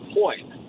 point